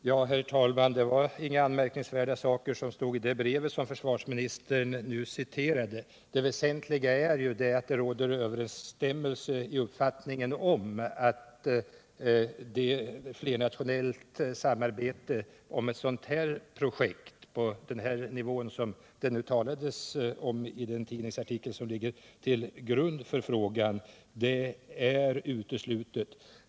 framtida militära Herr talman! Det var inga märkvärdiga saker som stod i det brevet — flygplanssystem som försvarsministern citerade ur. Det väsentliga är att det råder överensstämmelse i uppfattningen att flernationellt samarbete om projekt på den nivå som det talades om i den tidningsartikel som låg till grund för frågan är uteslutet.